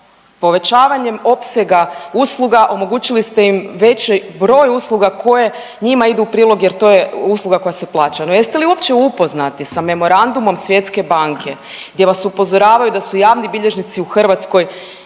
povećavanjem opsega usluga omogućili ste im veći broj usluga koje njima idu u prilog jer to je usluga koja se plaća, no jeste li uopće upoznati sa memorandumom Svjetske banke gdje vas upozoravaju da su javni bilježnici u Hrvatskoj